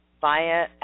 via